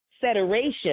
Federation